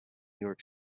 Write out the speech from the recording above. york